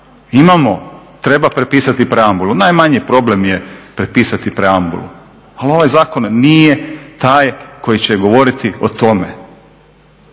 Imamo, treba prepisati preambulu, najmanji problem je prepisati preambulu, ali ovaj zakon nije taj koji će govoriti o tome.